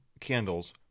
candles